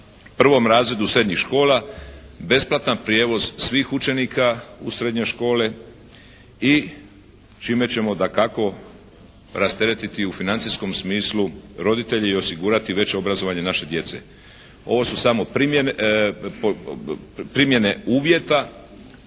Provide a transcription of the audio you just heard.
prvom razredu srednjih škola besplatan prijevoz svih učenika u srednje škole i čime ćemo dakako rasteretiti u financijskom smislu roditelje i osigurati veće obrazovanje naše djece. Ovo su samo primjene uvjeta